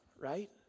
right